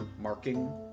marking